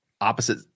opposite